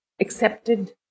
accepted